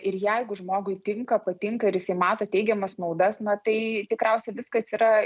ir jeigu žmogui tinka patinka ir jisai mato teigiamas maudas na tai tikriausiai viskas yra